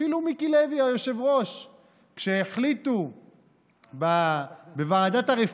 בטח לא מסוג הקסמים שלך,